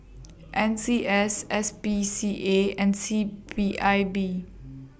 N C S S P C A and C P I B